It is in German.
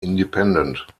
independent